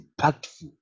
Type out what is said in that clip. impactful